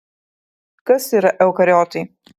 kas yra eukariotai